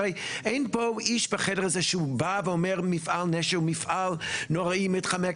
הרי אין פה איש בחדר הזה שהוא בא ואומר מפעל נשר הוא מפעל נוראי מתחמק,